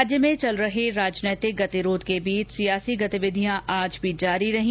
राज्य में चल रहे राजनीतिक गतिरोध के बीच सियासी गतिविधियां आज भी जारी रही